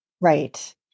Right